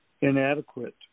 inadequate